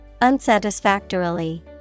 unsatisfactorily